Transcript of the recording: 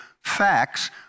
facts